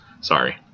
sorry